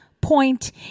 point